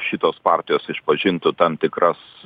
šitos partijos išpažintų tam tikras